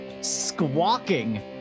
squawking